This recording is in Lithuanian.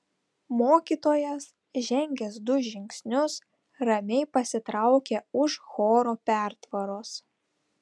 mokytojas žengęs du žingsnius ramiai pasitraukė už choro pertvaros